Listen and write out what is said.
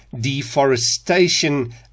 deforestation